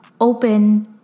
open